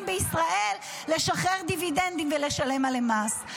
בישראל לשחרר דיבידנדים ולשלם עליהם מס.